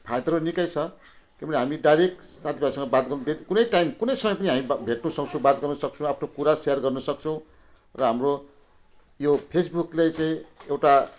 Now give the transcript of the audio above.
हाइत्रो निकै छ तिमीले हामी डाइरेक्ट साथीभाइहरूसँग बात गर्नु कुनै टाइम कुनै समय पनि हामी भेट्नुसक्छौँ बात गर्नुसक्छौँ आफ्नो कुरा सेयर गर्नुसक्छौँ र हाम्रो यो फेसबुकले चाहिँ एउटा